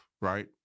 right